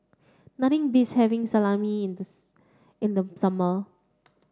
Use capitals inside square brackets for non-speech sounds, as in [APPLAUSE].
nothing beats having Salami in the [UNINTELLIGIBLE] in the summer